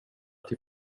till